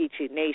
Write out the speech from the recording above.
Nation